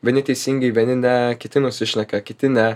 vieni teisingai veni ne kiti nusišneka kiti ne